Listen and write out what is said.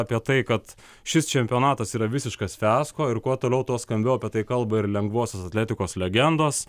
apie tai kad šis čempionatas yra visiškas fiasko ir kuo toliau tuo skambiau apie tai kalba ir lengvosios atletikos legendos